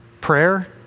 Prayer